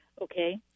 Okay